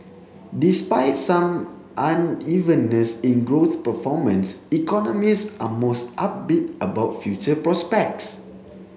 despite some unevenness in growth performance economist are mostly upbeat about future prospects